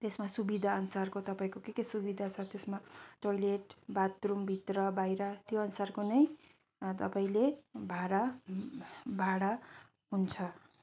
त्यसमा सुबिधा अनुसारको तपाईँको के के सुबिधा छ त्यसमा टोइलेट बाथरुम भित्र बाहिर त्यो अनुसारको नै तपाईँले भारा भाडा हुन्छ